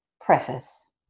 Preface